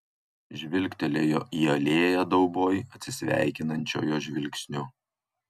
žvilgtelėjo į alėją dauboj atsisveikinančiojo žvilgsniu